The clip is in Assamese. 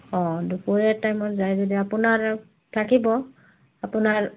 অঁ দুপৰীয়া টাইমত যায় যদি আপোনাৰ থাকিব আপোনাৰ